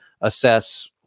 assess